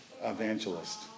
evangelist